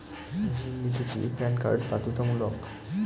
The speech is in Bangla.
ঋণ নিতে কি প্যান কার্ড বাধ্যতামূলক?